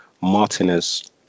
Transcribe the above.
Martinez